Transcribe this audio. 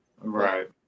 Right